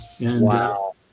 Wow